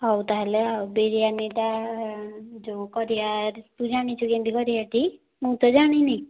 ହଉ ତାହେଲେ ଆଉ ବିରିୟାନୀଟା ଯେଉଁ କରିବା ବିରିୟାନୀ ତୁ ଜାଣିଛୁ କେମିତି କରିବା ଟି ମୁଁ ତ ଜାଣିନି